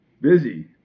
busy